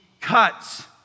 cuts